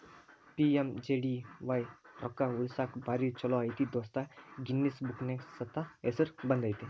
PMJDY ರೊಕ್ಕಾ ಉಳಸಾಕ ಭಾರಿ ಛೋಲೋ ಐತಿ ದೋಸ್ತ ಗಿನ್ನಿಸ್ ಬುಕ್ನ್ಯಾಗ ಸೈತ ಹೆಸರು ಬಂದೈತಿ